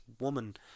woman